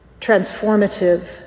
transformative